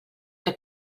que